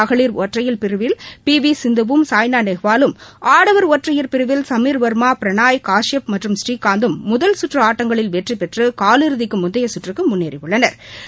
மகளிர் ஒற்றையர் பிரிவில் பி வி சிந்துவும் சாய்னா நேவாலும் ஆடவர் ஒற்றையர் பிரிவில் சமீர்வாமா பிரணாய் காஷ்யப் மற்றும் ஸ்ரீகாந்தும் முதல் சுற்று ஆட்டங்களில் வெற்றிபெற்று கால் இறுதிக்கு முந்தைய சுற்றுக்கு முன்னேறினா்